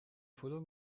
پلو